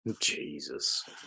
jesus